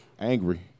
angry